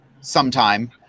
sometime